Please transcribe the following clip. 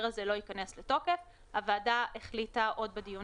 הזה לא ייכנס לתוקף הוועדה החליטה עוד בדיון